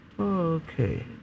Okay